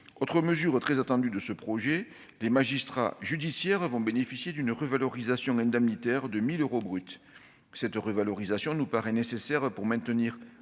Autre mesure très attendue de ce projet de budget, les magistrats judiciaires vont bénéficier d'une revalorisation indemnitaire de 1 000 euros brut. Cette revalorisation nous paraît nécessaire pour maintenir